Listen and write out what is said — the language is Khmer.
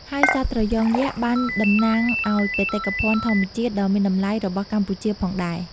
ហើយសត្វត្រយងយក្សបានតំណាងឲ្យបេតិកភណ្ឌធម្មជាតិដ៏មានតម្លៃរបស់កម្ពុជាផងដែរ។